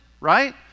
right